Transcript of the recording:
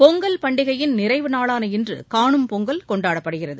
பொங்கல் பண்டிகையின் நிறைவு நாளான இன்று காணும் பொங்கல் கொண்டாடப்படுகிறது